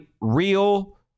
real